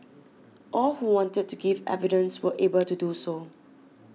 all who wanted to give evidence were able to do so